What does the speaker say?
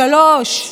שלוש.